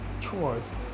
chores